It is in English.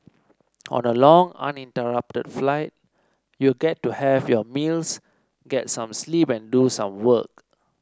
on a long uninterrupted flight you get to have your meals get some sleep and do some work